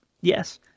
Yes